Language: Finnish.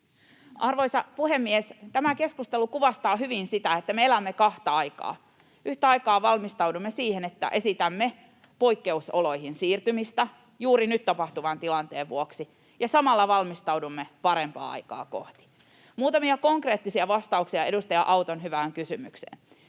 Arvoisa puhemies! Tämä keskustelu kuvastaa hyvin sitä, että me elämme kahta aikaa: yhtä aikaa valmistaudumme siihen, että esitämme poikkeusoloihin siirtymistä juuri nyt tapahtuvan tilanteen vuoksi, ja samalla valmistaudumme parempaa aikaa kohti. Muutamia konkreettisia vastauksia edustaja Auton hyvään kysymykseen.